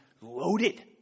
loaded